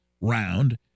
round